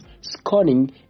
scorning